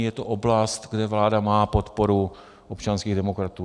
Je to oblast, kde vláda má podporu občanských demokratů.